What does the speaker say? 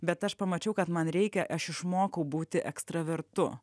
bet aš pamačiau kad man reikia aš išmokau būti ekstravertu